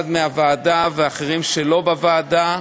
אחד מהוועדה ואחרים שלא מהוועדה.